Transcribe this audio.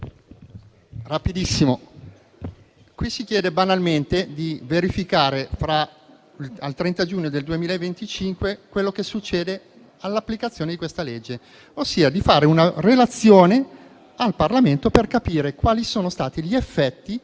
qui si chiede banalmente di verificare, al 30 giugno 2025, quello che succede con l'applicazione di questa legge, ossia di fare una relazione al Parlamento per capire quali sono stati i suoi effetti